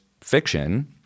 fiction